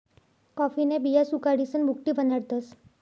कॉफीन्या बिया सुखाडीसन भुकटी बनाडतस